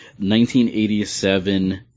1987